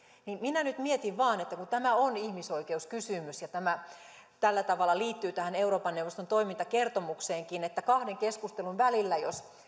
niin minä nyt mietin vain kun kun tämä on ihmisoikeuskysymys ja tämä tällä tavalla liittyy tähän euroopan neuvoston toimintakertomukseenkin että jos kahden keskustelun välillä